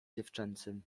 dziewczęcym